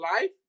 life